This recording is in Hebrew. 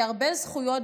כהרבה זכויות,